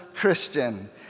Christian